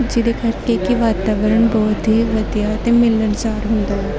ਜਿਹਦੇ ਕਰਕੇ ਕਿ ਵਾਤਾਵਰਨ ਬਹੁਤ ਹੀ ਵਧੀਆ ਅਤੇ ਮਿਲਣਸਾਰ ਹੁੰਦਾ ਹੈ